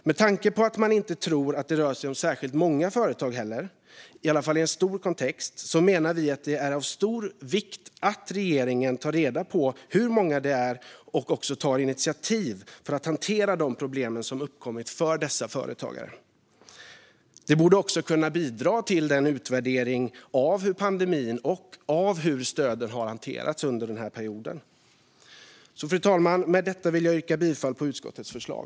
Med tanke på att man inte tror att det rör sig om särskilt många företag, i alla fall i en bred kontext, menar vi att det är av stor vikt att regeringen tar reda på hur många det är och också tar initiativ för att hantera de problem som uppkommit för dessa företagare. Det borde också kunna bidra till utvärderingen av hur pandemin och stöden har hanterats under den här perioden. Fru talman! Med detta vill jag yrka bifall till utskottets förslag.